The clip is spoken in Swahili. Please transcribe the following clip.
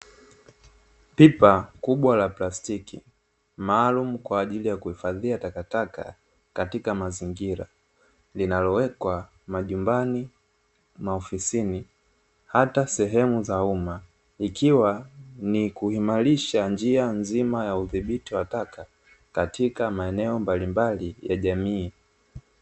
Pipa kubwa la plastiki maalumu kwa ajili ya kuhifadhia takataka katika mazingira, linalowekwa majumbani, maofisini hata sehemu za umma. Ikiwa ni kuimarisha njia nzima ya udhibiti wa taka katika maeneo mbalimbali ya jamii.